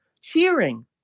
cheering